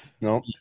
No